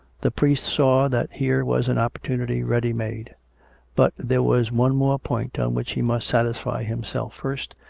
the priest saw that here was an opportunity ready-made but there was one more point on which he must satisfy him self first,